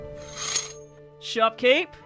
Shopkeep